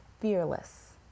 fearless